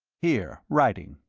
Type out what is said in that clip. here, writing.